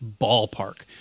ballpark